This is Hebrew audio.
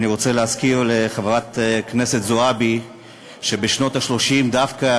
אני רוצה להזכיר לחברת הכנסת זועבי שבשנות ה-30 דווקא